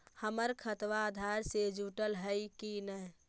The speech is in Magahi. हमर खतबा अधार से जुटल हई कि न?